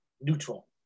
neutral